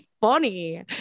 funny